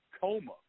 coma